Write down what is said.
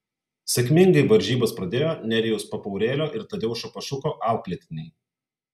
sėkmingai varžybas pradėjo nerijaus papaurėlio ir tadeušo pašuko auklėtiniai